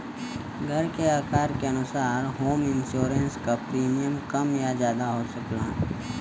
घर के आकार के अनुसार होम इंश्योरेंस क प्रीमियम कम या जादा हो सकला